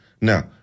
Now